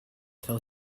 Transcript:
till